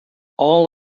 all